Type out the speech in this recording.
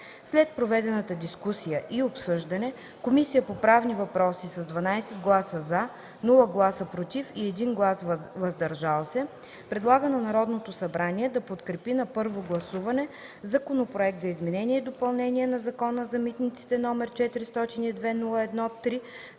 След проведената дискусия и обсъждане Комисията по правни въпроси с 12 гласа „за”, без „против” и 1 глас „въздържал се” предлага на Народното събрание да подкрепи на първо гласуване Законопроект за изменение и допълнение на Закона за митниците № 402-01-3,